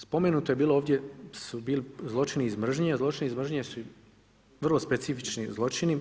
Spomenuto je bilo ovdje zločini iz mržnje, a zločini iz mržnje su vrlo specifični zločini.